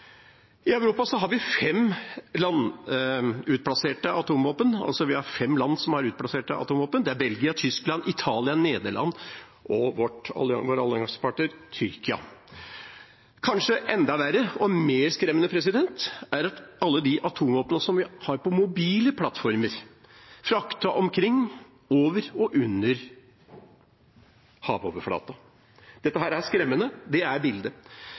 I Europa er det fem land som har utplassert atomvåpen. Det er Belgia, Tyskland, Italia, Nederland og vår alliansepartner Tyrkia. Kanskje enda verre og mer skremmende er det med alle de atomvåpnene vi har på mobile plattformer, fraktet omkring over og under havoverflaten. Dette er skremmende. Det er bildet.